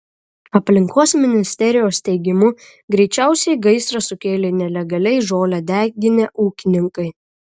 aplinkos ministerijos teigimu greičiausiai gaisrą sukėlė nelegaliai žolę deginę ūkininkai